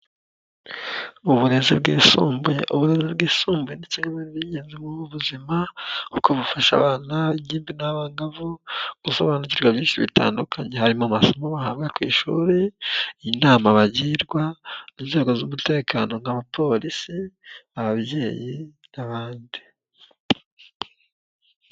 Uburezi bwisumbuye, uburezi bwisumbuye ndetse ni ingenzi mu buzima kuko bufasha abana b'ingimbi n'abangavu gusobanukirwa byinshi bitandukanye, harimo amasomo bahabwa ku ishuri, inama bagirwa n'inzego z'umutekano nk'abapolisi, ababyeyi n'abandi.